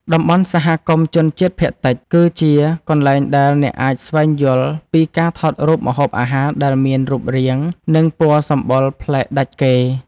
តំបន់សហគមន៍ជនជាតិភាគតិច គឺជាកន្លែងដែលអ្នកអាចស្វែងយល់ពីការថតរូបម្ហូបអាហារដែលមានរូបរាង និងពណ៌សម្បុរប្លែកដាច់គេ។